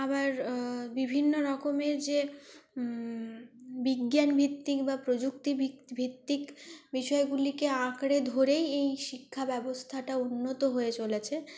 আবার বিভিন্ন রকমের যে বিজ্ঞানভিত্তিক বা প্রযুক্তি ভিত্তিক বিষয়গুলিকে আঁকড়ে ধরেই এই শিক্ষা ব্যবস্থাটা উন্নত হয়ে চলেছে